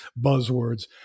buzzwords